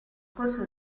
corso